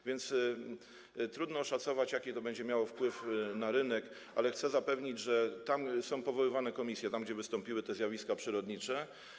A więc trudno oszacować, jaki to będzie miało wpływ na rynek, ale chcę zapewnić, że tam są powoływane komisje, tam gdzie wystąpiły te zjawiska przyrodnicze.